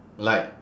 like